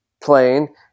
playing